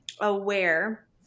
aware